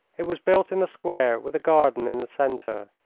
it was built in a square with a garden in the centre.